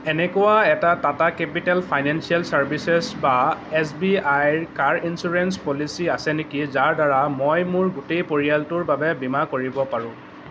এনেকুৱা এটা Tata capital financial services বা এছ বি আই ৰ কাৰ ইঞ্চুৰেঞ্চ পলিচী আছে নেকি যাৰ দ্বাৰা মই মোৰ গোটেই পৰিয়ালটোৰ বাবে বীমা কৰিব পাৰোঁ